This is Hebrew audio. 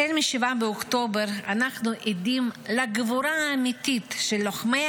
החל מ-7 באוקטובר אנחנו עדים לגבורה האמיתית של לוחמי